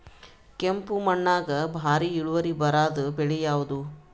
ಕೆಂಪುದ ಮಣ್ಣಾಗ ಭಾರಿ ಇಳುವರಿ ಬರಾದ ಬೆಳಿ ಯಾವುದು?